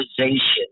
organization